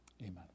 Amen